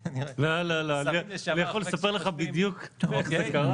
אני יכול לספר לך בדיוק איך זה קרה,